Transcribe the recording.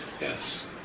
Yes